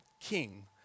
king